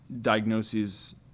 diagnoses